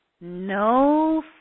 no